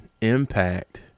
impact